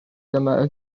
dyma